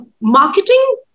marketing